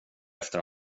efter